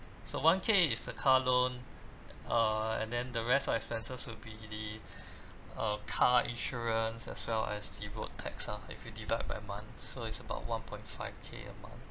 so one K is the car loan err and then the rest of expenses will be the uh car insurance as well as the road tax ah if you divide by month so is about one point five K a month